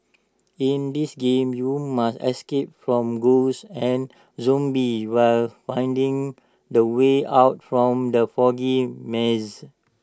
in this game you must escape from ghosts and zombies while finding the way out from the foggy maze